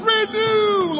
Renew